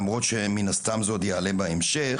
למרות שמן הסתם זה עוד יעלה בהמשך,